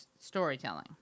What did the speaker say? storytelling